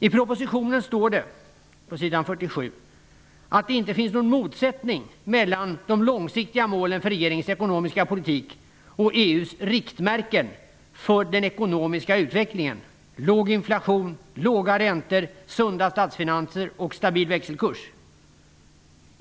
I propositionen står det på sidan 47 att det inte finns någon motsättning mellan de långsiktiga målen för regeringens ekonomiska politik och EU:s riktmärken för den ekonomiska utvecklingen: låg inflation, låga räntor, sunda statsfinanser och stabil växelkurs.